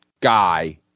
guy